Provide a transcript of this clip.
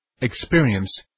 Experience